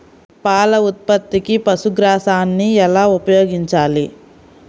పాల ఉత్పత్తికి పశుగ్రాసాన్ని ఎలా ఉపయోగించాలి?